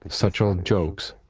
such old jokes.